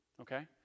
Okay